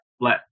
let